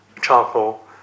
charcoal